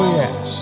yes